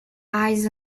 eyes